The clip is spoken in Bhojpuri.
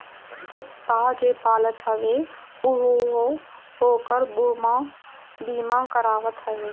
कुत्ता जे पालत हवे उहो ओकर बीमा करावत हवे